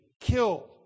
kill